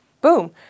boom